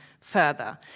further